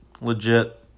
legit